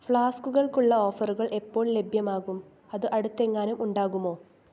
ഫ്ലാസ്കുകൾക്കുള്ള ഓഫറുകൾ എപ്പോൾ ലഭ്യമാകും അത് അടുത്ത് എങ്ങാനും ഉണ്ടാകുമോ